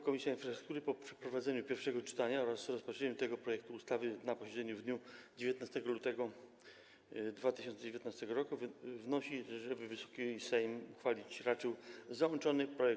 Komisja Infrastruktury po przeprowadzeniu pierwszego czytania oraz rozpatrzeniu tego projektu ustawy na posiedzeniu w dniu 19 lutego 2019 r. wnosi, żeby Wysoki Sejm uchwalić raczył załączony projekt.